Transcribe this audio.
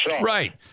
Right